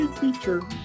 teacher